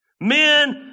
Men